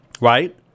right